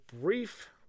brief